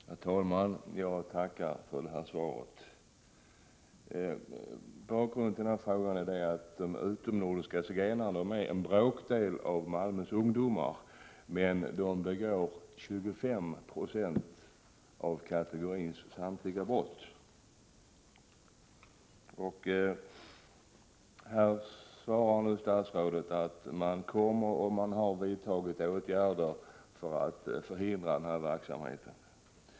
Herr talman! Jag tackar för svaret. Bakgrunden till frågan är att de utomnordiska zigenarungdomarna utgör en bråkdel av Malmös ungdomar, men de begår 25 96 av kategorins samtliga brott. Statsrådet svarar nu att man kommer att vidta och att man har vidtagit åtgärder för att förhindra den här brottsverksamheten.